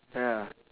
ya